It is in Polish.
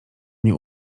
mnie